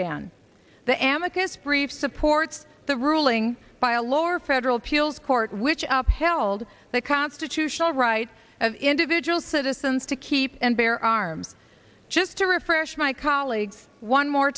ban the amica spree supports the ruling by a lower federal appeals court which up held the constitutional rights of individual citizens to keep and bear arms just to refresh my colleagues one more